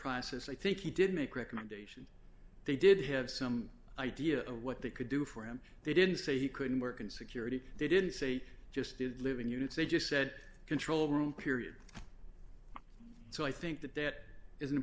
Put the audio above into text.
process i think he did make recommendations they did have some idea of what they could do for him they didn't say he couldn't work in security they didn't say just did live in units they just said control room period so i think that that is an